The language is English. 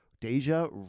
Deja